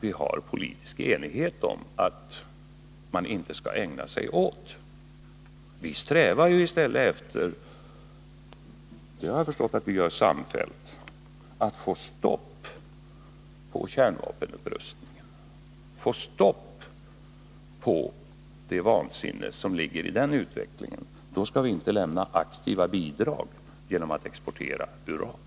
Vi strävar i stället efter — och det har jag förstått att vi gör samfällt — att få stopp på kärnvapenupprustningen, få stopp på det vansinne som ligger i den utvecklingen. Då skall vi inte lämna aktiva bidrag till denna genom att bryta och exportera uran.